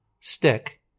stick